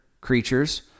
creatures